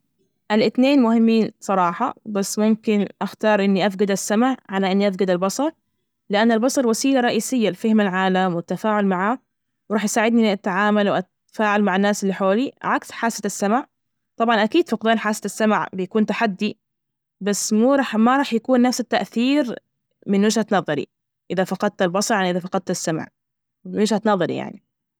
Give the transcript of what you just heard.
الإتنين مهمين صراحة. بس ممكن اختار إني أفجد السمع على إني أفجد البصر، لأن البصر وسيلة رئيسية لفهم العالم والتفاعل معاه، ورح يساعدني للتعامل وأتفاعل مع الناس اللي حولي. عكس حاسة السمع. طبعا أكيد فقدان حاسة السمع بيكون تحدي بس مو راح- ما راح يكون نفس التأثير. من وجهة نظري إذا فقدت البصرعن إذا فقدت السمع من وجهة نظري يعني.